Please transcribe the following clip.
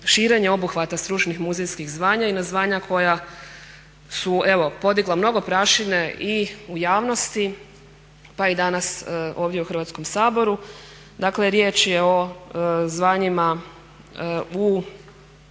širenje obuhvata stručnih muzejskih zvanja i ne zvanja koja su evo podigla mnogo prašine i u javnosti pa i danas ovdje u Hrvatskom saboru. Dakle, riječ je o zvanjima u